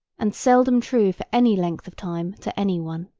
and seldom true for any length of time to any one.